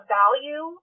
value